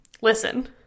Listen